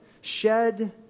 shed